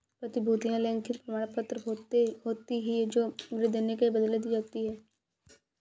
प्रतिभूतियां लिखित प्रमाणपत्र होती हैं जो ऋण लेने के बदले दी जाती है